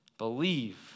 believe